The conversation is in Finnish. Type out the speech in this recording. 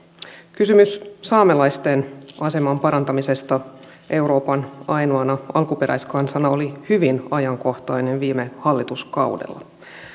kysymys saamelaisten aseman parantamisesta euroopan ainoana alkuperäiskansana oli hyvin ajankohtainen viime hallituskaudella